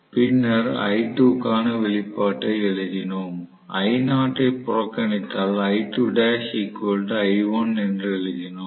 பின்னர் I2 க்கான வெளிப்பாட்டை எழுதினோம் I0 ஐ புறக்கணித்தால் என்று எழுதினோம்